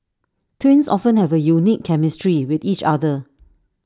twins often have A unique chemistry with each other